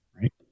Right